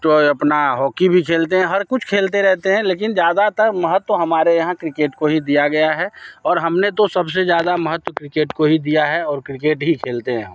अपना हॉक्की भी खेलते हैं हर कुछ खेलते रहते हैं लेकिन ज़्यादातर महत्व हमारे यहाँ क्रिकेट को ही दिया गया है और हमने तो सबसे ज़्यादा महत्व क्रिकेट को ही दिया है और क्रिकेट ही खेलते हैं हम